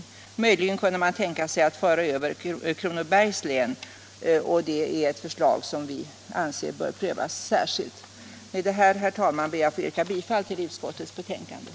Eventuellt kunde man tänka sig att i stället föra över Kronobergs län, och det är ett förslag som vi anser bör prövas särskilt. Med det anförda, herr talman, ber jag att få yrka bifall till utskottets hemställan.